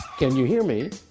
can you hear me?